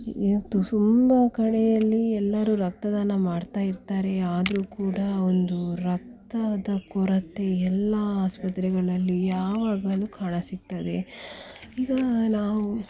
ಇವತ್ತು ತುಂಬಾ ಕಡೆಯಲ್ಲಿ ಎಲ್ಲರೂ ರಕ್ತದಾನ ಮಾಡ್ತಾ ಇರ್ತಾರೆ ಆದರೂ ಕೂಡ ಒಂದು ರಕ್ತದ ಕೊರತೆ ಎಲ್ಲ ಆಸ್ಪತ್ರೆಗಳಲ್ಲಿ ಯಾವಾಗಲೂ ಕಾಣ ಸಿಗ್ತದೆ ಈಗ ನಾವು